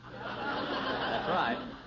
right